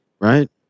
right